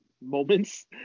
moments